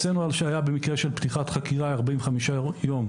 אצלנו השעיה במקרה של פתיחת חקירה היא 45 יום,